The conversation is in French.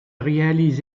réalise